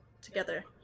together